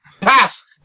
Pass